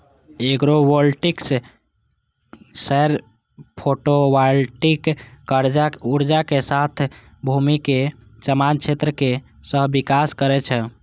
agrovoltaics सौर photovoltaic ऊर्जा के साथ भूमि के समान क्षेत्रक सहविकास करै छै